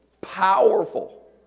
powerful